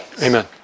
Amen